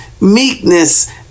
meekness